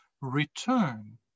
return